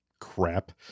crap